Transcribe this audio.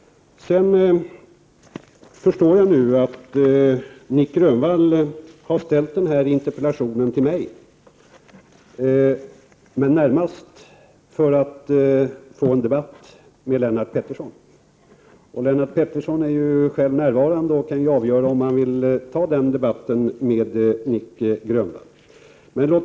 Jag förstår nu att Nic Grönvall har ställt sin interpellation till mig närmast för att få en debatt med Lennart Pettersson. Lennart Pettersson är ju närvarande och kan själv avgöra om han vill ta upp den debatten med Nic Grönvall.